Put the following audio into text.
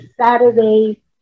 Saturday